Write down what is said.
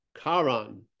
Karan